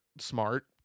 smart